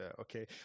okay